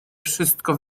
wszystko